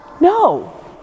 No